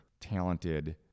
talented